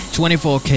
24K